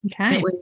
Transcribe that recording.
Okay